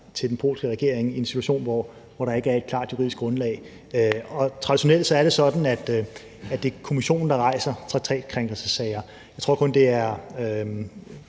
til den polske regering i en situation, hvor der ikke er et klart juridisk grundlag. Traditionelt er det sådan, at det er Kommissionen, der rejser traktakrænkelsessager. Jeg tror kun, det er